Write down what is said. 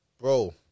Bro